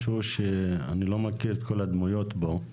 אני לא מכיר את כל הדמויות פה.